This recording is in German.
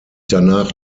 danach